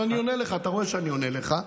אבל אני עונה לך, אתה רואה שאני עונה לך.